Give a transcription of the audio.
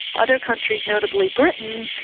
other countries, notably britain,